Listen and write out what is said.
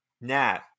Nat